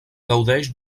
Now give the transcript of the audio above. gaudeix